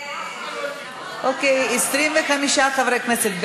25 חברי כנסת בעד,